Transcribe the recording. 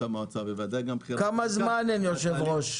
כמה זמן אין יושב-ראש?